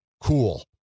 cool